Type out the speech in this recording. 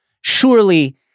surely